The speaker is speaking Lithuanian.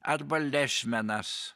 arba lešmanas